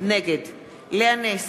נגד לאה נס,